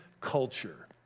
culture